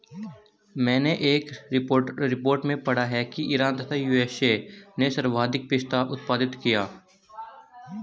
मैनें एक रिपोर्ट में पढ़ा की ईरान तथा यू.एस.ए ने सर्वाधिक पिस्ता उत्पादित किया